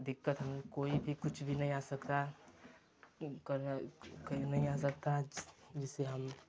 दिक्कत भी कोई भी कुछ भी नहीं आ सकता है नहीं आ सकता है जिससे हम